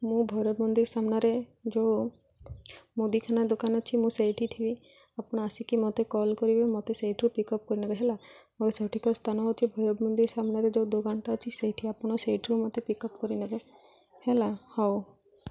ମୁଁ ଭୈରବ ମନ୍ଦିର ସାମ୍ନାରେ ଯେଉଁ ମୁଦିଖାନା ଦୋକାନ ଅଛି ମୁଁ ସେଇଠି ଥିବି ଆପଣ ଆସିକି ମୋତେ କଲ୍ କରିବେ ମୋତେ ସେଇଠୁ ପିକ୍ ଅପ୍ କରିନେବେ ହେଲା ମୋର ସଠିକ୍ ସ୍ଥାନ ହେଉଛି ଭୈରବ ମନ୍ଦିର ସାମ୍ନାରେ ଯେଉଁ ଦୋକାନଟା ଅଛି ସେଇଠି ଆପଣ ସେଇଠୁ ମୋତେ ପିକ୍ ଅପ୍ କରିନେବେ ହେଲା ହଉ